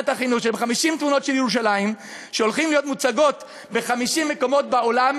50 תמונות של ירושלים שהולכות להיות מוצגות ב-50 מקומות בעולם,